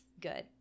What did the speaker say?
good